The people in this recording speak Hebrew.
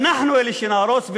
אנחנו נהיה אלה שנהרוס,